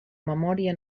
memòria